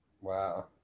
wow